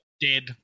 dead